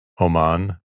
Oman